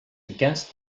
against